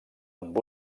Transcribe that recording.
amb